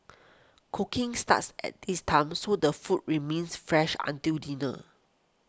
cooking starts at this time so the food remains fresh until dinner